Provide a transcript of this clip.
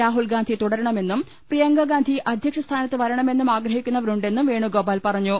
രാഹുൽഗാന്ധി തുടരണമെന്നും പ്രിയങ്കാഗാന്ധി അധ്യക്ഷ സ്ഥാനത്ത് വരണമെന്നും ആഗ്രഹിക്കുന്നവരു ണ്ടെന്നും വേണുഗോപാൽ പറഞ്ഞു